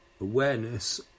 awareness